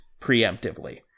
preemptively